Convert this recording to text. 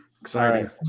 exciting